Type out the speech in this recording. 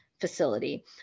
facility